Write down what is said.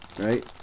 right